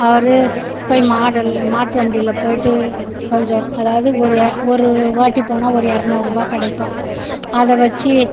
அவர் போய் மாடல் மாட்டு வண்டில போயிட்டு கொஞ்சம் அதாவது ஒரு ஒரு வாட்டி போனால் ஒரு இரநூறுபா கிடைக்கும் அதை வச்சு